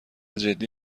جدی